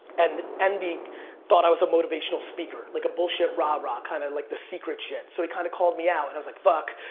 and envy thought i was a motivational speaker, like a bullshit rah rah, kind of like the secret shit. so he kinda called me out and i was like fuck.